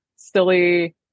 silly